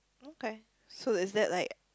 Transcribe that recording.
okay so is that like